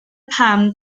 pam